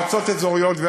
מועצות אזוריות,